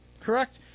correct